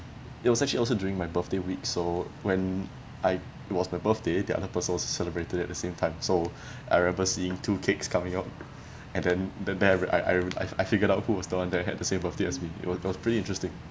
it was actually also during my birthday week so when I it was my birthday the other person also celebrated at the same time so I remember seeing two cakes coming out and then there I I I I figured out who was the one that had the same birthday as me it was it was pretty interesting